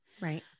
Right